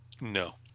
No